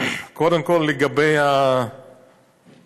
קודם כול, לגבי המעברים.